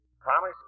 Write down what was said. promise